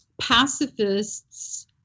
pacifists